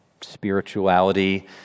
spirituality